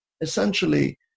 Essentially